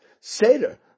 Seder